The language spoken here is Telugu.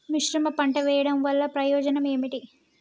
మిశ్రమ పంట వెయ్యడం వల్ల ప్రయోజనం ఏమిటి?